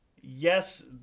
Yes